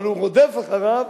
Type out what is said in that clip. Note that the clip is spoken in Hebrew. אבל הוא רודף אחריו